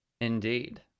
Indeed